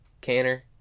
canner